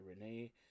renee